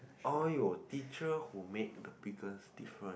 or your teachers who make your biggest different